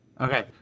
Okay